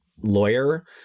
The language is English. lawyer